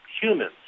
humans